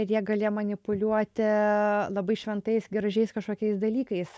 ir jie galėjo manipuliuoti labai šventais gražiais kažkokiais dalykais